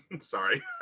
Sorry